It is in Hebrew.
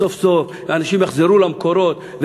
וסוף-סוף ואנשים יחזרו למקורות,